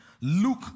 Luke